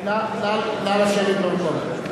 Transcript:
נא לשבת במקומות.